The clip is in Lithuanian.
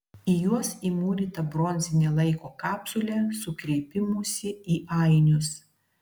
į juos įmūryta bronzinė laiko kapsulė su kreipimusi į ainius